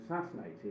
assassinated